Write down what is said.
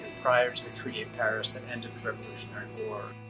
prior to the treaty of paris that ended the revolutionary war.